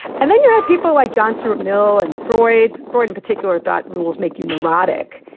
and then you had people like john stuart mill and freud. freud, in particular, thought rules make you neurotic.